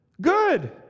Good